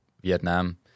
Vietnam